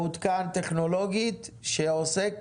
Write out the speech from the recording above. מעודכן טכנולוגית שעוסק